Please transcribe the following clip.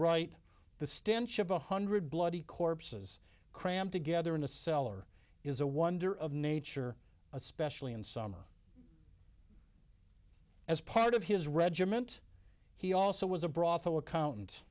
write the stench of a hundred bloody corpses crammed together in a cellar is a wonder of nature especially in summer as part of his regiment he also was a brothel accountant